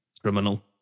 criminal